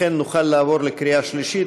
לכן נוכל לעבור לקריאה השלישית.